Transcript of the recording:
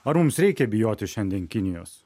ar mums reikia bijoti šiandien kinijos